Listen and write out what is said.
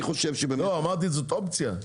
אמרתי שזאת אופציה.